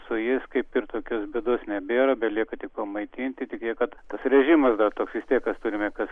su jais kaip ir tokios bėdos nebėra belieka tik pamaitinti tik tiek kad tas režimas dar toks vis tiek kas turime kas